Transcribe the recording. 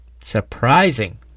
surprising